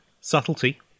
subtlety